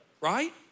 Right